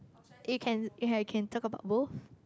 eh you can ya you can talk about both